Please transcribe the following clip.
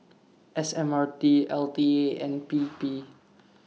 S M R T L T A and P P